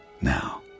now